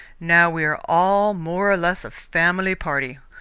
now we are all more or less a family party.